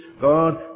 God